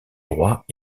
droit